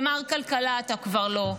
ומר כלכלה אתה כבר לא,